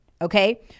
Okay